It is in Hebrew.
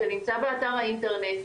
זה נמצא באתר האינטרנט,